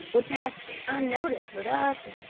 would pass unnoticed with us.